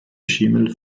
schimmel